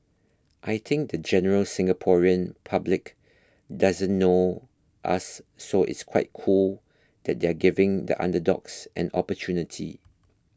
I think the general Singaporean public doesn't know us so it's quite cool that they're giving the underdogs an opportunity